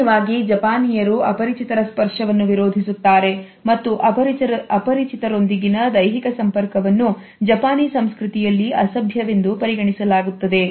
ಸಾಮಾನ್ಯವಾಗಿ ಜಪಾನಿಯರು ಅಪರಿಚಿತರ ಸ್ಪರ್ಶವನ್ನು ವಿರೋಧಿಸುತ್ತಾರೆ ಮತ್ತು ಅಪರಿಚಿತರೊಂದಿಗಿನ ದೈಹಿಕ ಸಂಪರ್ಕವನ್ನು ಜಪಾನಿ ಸಂಸ್ಕೃತಿಯಲ್ಲಿ ಅಸಭ್ಯವೆಂದು ಪರಿಗಣಿಸಲಾಗುತ್ತದೆ